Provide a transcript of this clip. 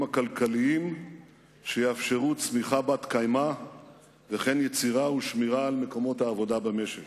הכלכליים שיאפשרו צמיחה בת-קיימא וכן יצירה ושמירה על מקומות העבודה במשק.